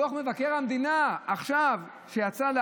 דוח מבקר המדינה שיצא עכשיו,